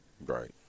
Right